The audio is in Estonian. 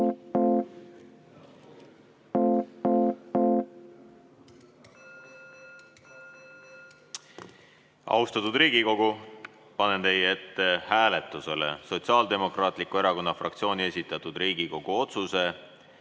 Riigikogu, panen teie ette hääletusele Sotsiaaldemokraatliku Erakonna fraktsiooni esitatud Riigikogu otsuse